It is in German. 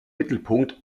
mittelpunkt